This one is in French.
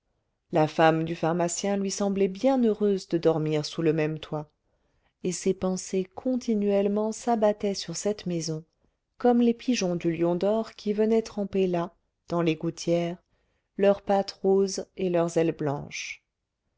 la femme du pharmacien lui semblait bien heureuse de dormir sous le même toit et ses pensées continuellement s'abattaient sur cette maison comme les pigeons du lion d'or qui venaient tremper là dans les gouttières leurs pattes roses et leurs ailes blanches